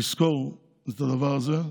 לזכור את הדבר הזה.